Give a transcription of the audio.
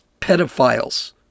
pedophiles